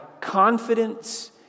confidence